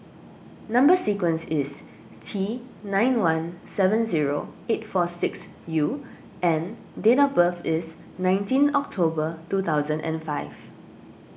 Number Sequence is T nine one seven zero eight four six U and date of birth is nineteen October two thousand and five